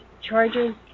charges